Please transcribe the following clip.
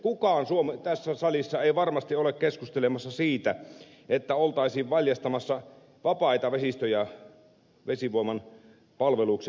kukaan tässä salissa ei varmasti ole keskustelemassa siitä että oltaisiin valjastamassa vapaita vesistöjä vesivoiman palvelukseen